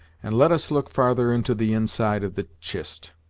and let us look farther into the inside of the chist.